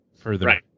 further